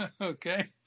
Okay